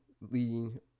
leading